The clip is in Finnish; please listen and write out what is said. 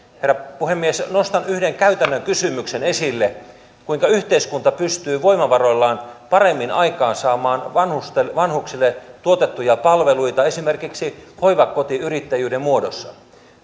herra puhemies nostan yhden käytännön kysymyksen esille kuinka yhteiskunta pystyy voimavaroillaan paremmin aikaansaamaan vanhuksille tuotettuja palveluita esimerkiksi hoivakotiyrittäjyyden muodossa